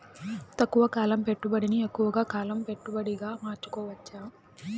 తక్కువ కాలం పెట్టుబడిని ఎక్కువగా కాలం పెట్టుబడిగా మార్చుకోవచ్చా?